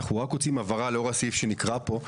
אנחנו רוצים הבהרה לאור הסעיף שנקרא פה.